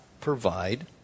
provide